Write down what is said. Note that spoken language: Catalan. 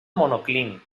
monoclínic